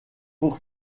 pour